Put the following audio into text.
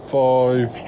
five